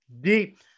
deep